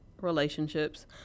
Relationships